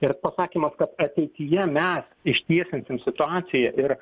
ir pasakymas kad ateityje mes ištiesinsim situaciją ir